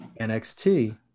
NXT